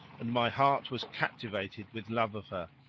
and my heart was captivated with love of her,